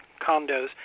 condos